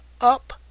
up